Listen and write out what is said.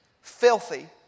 Filthy